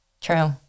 True